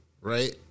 right